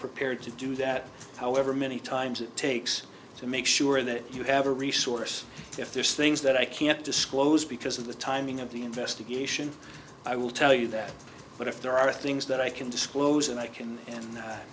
prepared to do that however many times it takes to make sure that you have a resource if there's things that i can't disclose because of the timing of the investigation i will tell you that but if there are things that i can disclose and i can